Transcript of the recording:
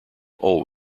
old